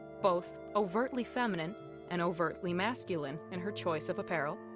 both overtly feminine and overtly masculine in her choice of apparel.